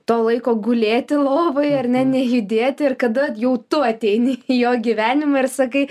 to laiko gulėti lovoj ar ne nejudėti ir kada jau tu ateini į jo gyvenimą ir sakai